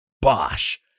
Bosh